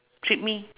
treat me